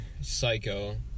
Psycho